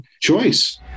choice